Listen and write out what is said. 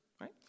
right